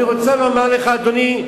אני רוצה לומר לך, אדוני,